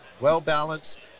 well-balanced